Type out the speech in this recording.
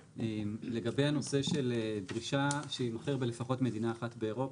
לגבי הנושא של דרישה שיימכר בלפחות במדינה אחת באירופה,